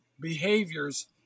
behaviors